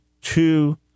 Two